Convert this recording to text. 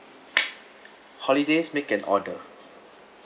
holidays make an order